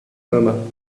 ama